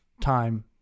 time